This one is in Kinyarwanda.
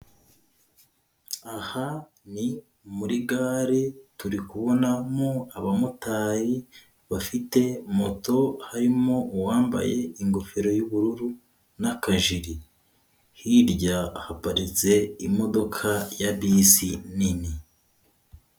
Aha ni muri gare, turi kubonamo abamotari bafite moto, harimo uwambaye ingofero y'ubururu n'akajiri. Hirya haparitse imodoka ya bisi nini.